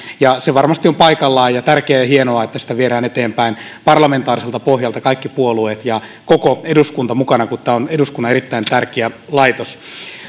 ja se varmasti on paikallaan ja tärkeää ja hienoa että sitä viedään eteenpäin parlamentaariselta pohjalta kaikki puolueet ja koko eduskunta mukana kun tämä on eduskunnan erittäin tärkeä laitos